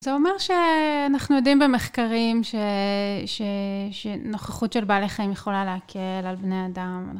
זה אומר שאנחנו יודעים במחקרים שנוכחות של בעלי חיים יכולה להקל על בני אדם.